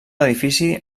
edifici